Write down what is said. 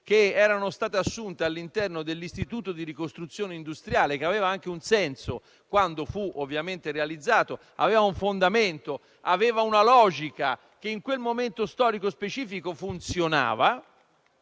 che erano state assunte all'interno dell'Istituto di ricostruzione industriale, che aveva anche un senso quando fu realizzato. Aveva un fondamento; aveva una logica che in quel momento storico specifico funzionava.